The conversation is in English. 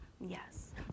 Yes